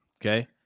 Okay